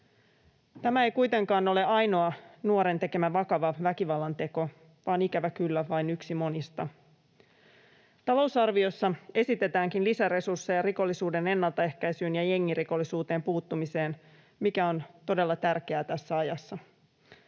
Tämä ei kuitenkaan ole ainoa nuoren tekemä vakava väkivallanteko vaan ikävä kyllä vain yksi monista. Talousarviossa esitetäänkin lisäresursseja rikollisuuden ennaltaehkäisyyn ja jengirikollisuuteen puuttumiseen, mikä on todella tärkeää tässä ajassa.